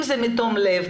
אם זה בתום לב,